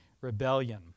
rebellion